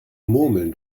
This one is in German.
murmeln